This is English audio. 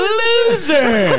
loser